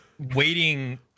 waiting